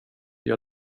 gör